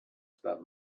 that